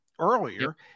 earlier